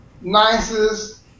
nicest